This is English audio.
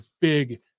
big